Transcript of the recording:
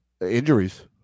Injuries